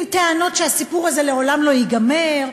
עם טענות שהסיפור הזה לעולם לא ייגמר,